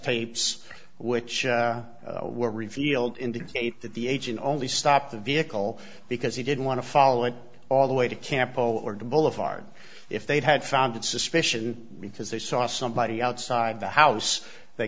tapes which were revealed indicate that the agent only stopped the vehicle because he didn't want to follow it all the way to campo or the boulevard if they'd had found that suspicion because they saw somebody outside the house they